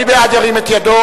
מי בעד, ירים את ידו.